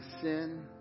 sin